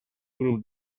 grup